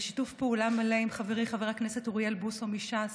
בשיתוף פעולה עם חברי חבר הכנסת אוריאל בוסו מש"ס,